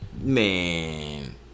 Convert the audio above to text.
man